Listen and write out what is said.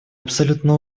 абсолютно